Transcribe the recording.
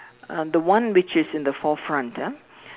uh the one which is in the fore front ah